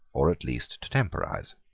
or at least to temporise.